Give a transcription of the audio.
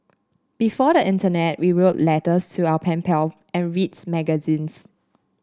before the internet we wrote letters to our pen pal and reads magazines